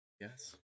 Yes